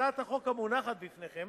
הצעת החוק המונחת בפניכם